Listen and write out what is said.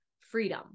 freedom